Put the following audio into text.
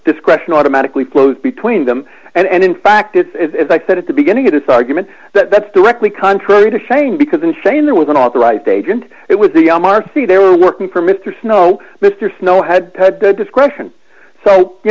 discretion automatically flows between them and in fact is as i said at the beginning of this argument that's directly contrary to saying because in saying there was an authorized agent it was the m r c they were working for mr snow mr snow had the discretion so you